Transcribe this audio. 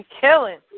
killing